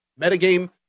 metagame